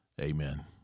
Amen